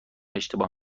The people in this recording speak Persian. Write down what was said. اشتباه